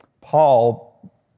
Paul